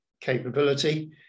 capability